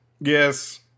Yes